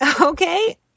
okay